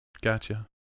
Gotcha